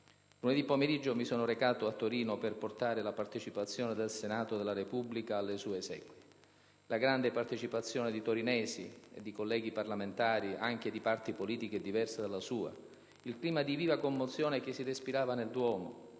Lunedì pomeriggio mi sono recato a Torino per portare la partecipazione del Senato della Repubblica alle sue esequie: la grande partecipazione di torinesi e di colleghi parlamentari, anche di parti politiche diverse dalla sua, il clima di viva commozione che si respirava nel Duomo,